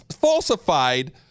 falsified